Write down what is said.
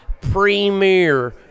premier